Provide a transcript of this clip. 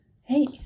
Hey